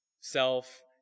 self